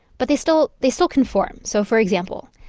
but they still they still conform. so, for example,